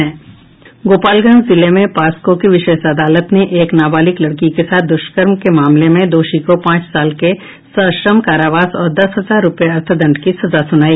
गोपालगंज जिले में पॉक्सो की विशेष अदालत ने एक नाबालिग लड़की के साथ दुष्कर्म के मामले में दोषी को पांच साल के सश्रम कारावास और दस हजार रुपये अर्थदंड की सजा सुनाई